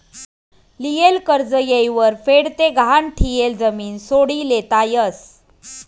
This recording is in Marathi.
लियेल कर्ज येयवर फेड ते गहाण ठियेल जमीन सोडी लेता यस